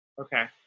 Okay